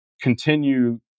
continue